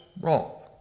Wrong